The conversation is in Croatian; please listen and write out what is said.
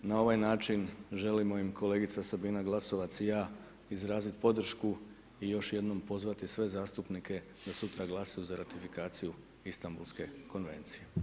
Na ovaj način želimo im, kolegica Sabina Glasovac i ja izraziti podršku i još jednom pozvati sve zastupnike da sutra glasuju za ratifikaciju Istanbulske konvencije.